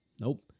nope